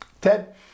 Ted